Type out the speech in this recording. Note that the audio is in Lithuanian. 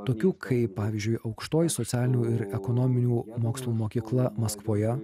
tokių kaip pavyzdžiui aukštoji socialinių ir ekonominių mokslų mokykla maskvoje